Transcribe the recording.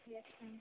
yes ma'am